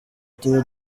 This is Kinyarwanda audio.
tuba